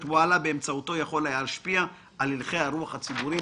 "וואלה" באמצעותו יכול היה להשפיע על הלכי הרוח הציבוריים.